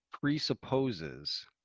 presupposes